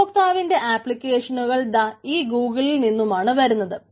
ഉപഭോക്താവിന്റെ ആപ്ലിക്കേഷനുകൾ ദാ ഈ ഗുഗിളിൽ നിന്നുമാണ് വരുന്നത്